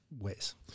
ways